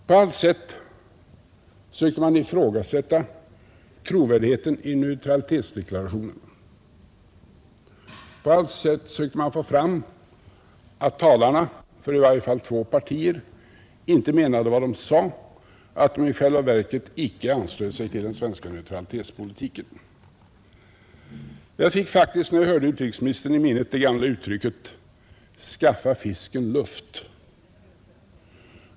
På allt sätt söker man ifrågasätta trovärdigheten i neutralitetsdeklarationerna. På allt sätt söker man få fram att talarna för i varje fall två partier icke menade vad de sade, att de i själva verket icke anslöt sig till den svenska neutralitetspolitiken, Jag fick faktiskt i minnet, när jag hörde utrikesministern, det gamla uttrycket: skaffa fisken luft.